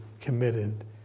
committed